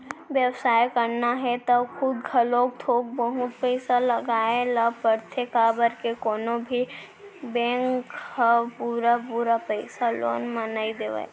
बेवसाय करना हे त खुद घलोक थोक बहुत पइसा लगाए ल परथे काबर के कोनो भी बेंक ह पुरा पुरा पइसा लोन म नइ देवय